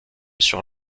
sur